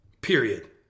period